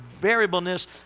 variableness